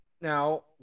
now